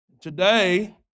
Today